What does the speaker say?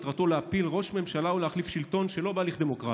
מטרתו להפיל ראש ממשלה ולהחליף שלטון שלא בהליך דמוקרטי,